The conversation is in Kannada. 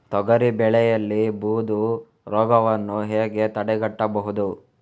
ತೊಗರಿ ಬೆಳೆಯಲ್ಲಿ ಬೂದು ರೋಗವನ್ನು ಹೇಗೆ ತಡೆಗಟ್ಟಬಹುದು?